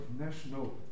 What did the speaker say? national